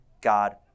God